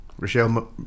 Rochelle